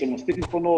יש לנו מספיק מכונות.